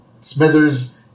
Smithers